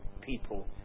people